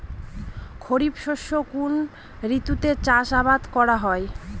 খরিফ শস্য কোন ঋতুতে চাষাবাদ করা হয়?